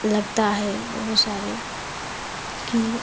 लगता है बहुत सारे कील